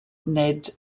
nid